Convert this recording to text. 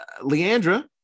Leandra